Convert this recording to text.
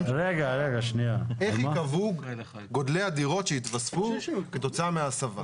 איך ייקבעו גודלי הדירות שיתווספו כתוצאה מההסבה?